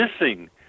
missing